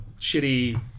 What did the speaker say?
shitty